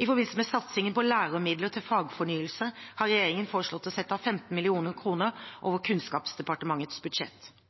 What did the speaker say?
I forbindelse med satsingen på læremidler til fagfornyelsen har regjeringen foreslått å sette av 15 mill. kr over Kunnskapsdepartementets budsjett.